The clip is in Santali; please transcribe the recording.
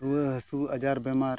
ᱨᱩᱣᱟᱹᱼᱦᱟᱹᱥᱩ ᱟᱡᱟᱨ ᱵᱤᱢᱟᱨ